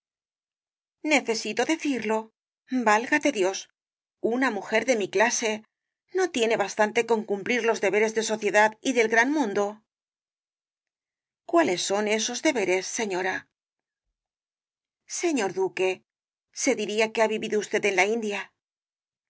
necesito decirlo válgate dios una mujer de mi clase no tiene bastante con cumplir los deberes de sociedad y del gran mundo cuáles son esos deberes señora el caballero de las botas azules señor duque se diría que ha vivido usted en la india